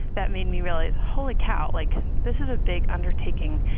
that made me realize, holy cow. like, this is a big undertaking.